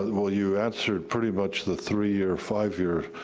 well, you answered pretty much the three year five year,